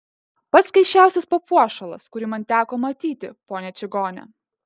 pats keisčiausias papuošalas kurį man teko matyti ponia čigone